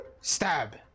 stab